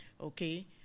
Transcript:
okay